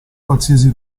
qualsiasi